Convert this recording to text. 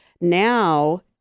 Now